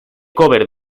cover